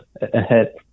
ahead